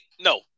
no